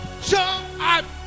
jump